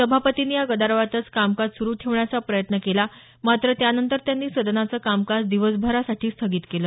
सभापतींनी या गदारोळातच कामकाज सुरू ठेवण्याचा प्रयत्न केला मात्र त्यानंतर त्यांनी सदनाचं कामकाज दिवसभरासाठी स्थगित केलं